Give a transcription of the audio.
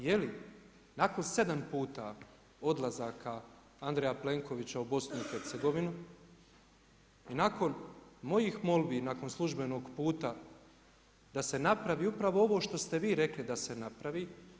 Je li nakon 7 puta odlazaka Andreja Plenkovića u BIH i nakon mojih molbi i nakon službenog puta, da se napravi upravo ovo što ste vi rekli da se napravi.